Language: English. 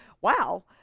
wow